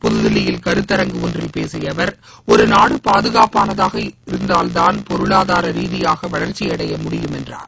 புத்தில்லியில் கருத்தரங்கு ஒன்றில் பேசிய அவர் ஒருநாடு பாதுகாப்பானதாக இருந்தால்தான் பொருளாதார ரீதியாக வளர்ச்சியடைய முடியும் என்றார்